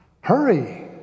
hurry